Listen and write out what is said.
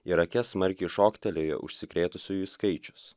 irake smarkiai šoktelėjo užsikrėtusiųjų skaičius